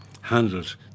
handled